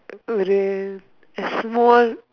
ஒரு:oru a small